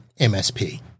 MSP